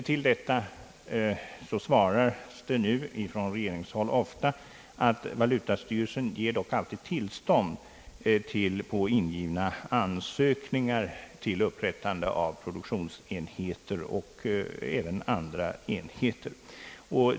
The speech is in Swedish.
På sådana krav svaras det nu ofta från regeringen, att valutastyrelsen dock alltid beviljar tillstånd på grundval av inlämnade ansökningar om upprättande av produktionsenheter och även andra enheter.